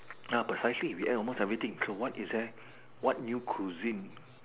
uh precisely we ate almost everything so what is there what new cuisine